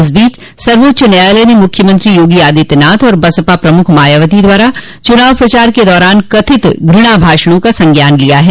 इस बीच सर्वोच्च न्यायालय ने मुख्यमंत्री योगी आदित्यनाथ और बसपा प्रमुख मायावती द्वारा चुनाव प्रचार के दौरान कथित घृणा भाषणों का संज्ञान लिया है